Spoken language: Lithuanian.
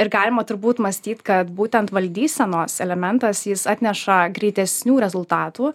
ir galima turbūt mąstyt kad būtent valdysenos elementas jis atneša greitesnių rezultatų